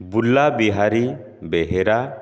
ବୁଲା ବିହାରୀ ବେହେରା